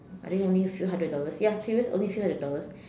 I think only a few hundred dollars ya serious only a few hundred dollars